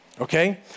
okay